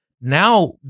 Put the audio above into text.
Now